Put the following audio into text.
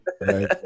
Right